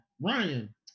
Ryan